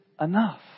enough